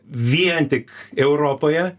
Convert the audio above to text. vien tik europoje